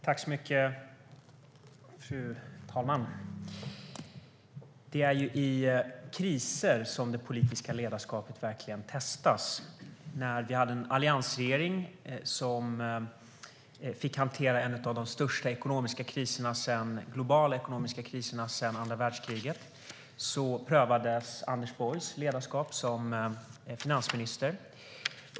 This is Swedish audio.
Fru talman! Det är i kriser som det politiska ledarskapet verkligen testas. När vi hade en alliansregering som fick hantera en av de största globala ekonomiska kriserna sedan andra världskriget prövades Anders Borgs ledarskap som finansminister.